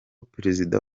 perezida